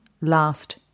last